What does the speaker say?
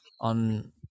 on